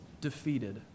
defeated